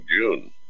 June